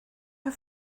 her